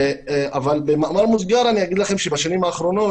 אבל, במאמר מוסגר, אגיד לכם שבשנים האחרונות